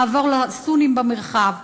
נעבור לסונים במרחב.